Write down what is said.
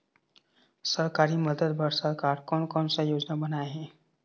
सरकारी मदद बर सरकार कोन कौन सा योजना बनाए हे?